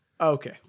okay